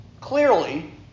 clearly